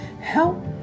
Help